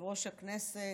יושב-ראש הכנסת,